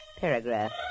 Paragraph